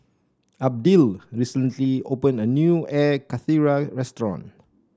Abdiel recently opened a new Air Karthira restaurant